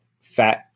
fat